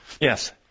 Yes